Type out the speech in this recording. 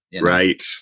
right